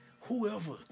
Whoever